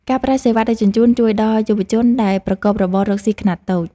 ការប្រើសេវាដឹកជញ្ជូន ជួយដល់យុវជនដែលប្រកបរបររកស៊ីខ្នាតតូច។